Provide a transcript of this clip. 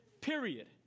period